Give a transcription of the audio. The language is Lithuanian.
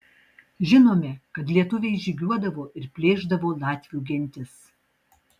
žinome kad lietuviai žygiuodavo ir plėšdavo latvių gentis